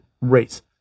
race